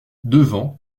devant